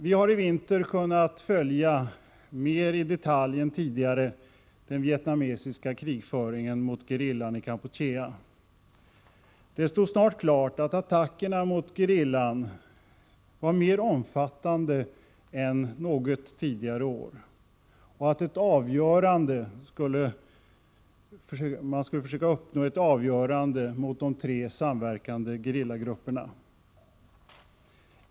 Vi har i vinter kunnat följa mer i detalj än tidigare den vietnamesiska krigföringen mot gerillan i Kampuchea. Det stod snart klart att attackerna mot gerillan var mer omfattande än föregående år och att ett avgörande slag skulle riktas mot de tre samverkande gerillagrupperna.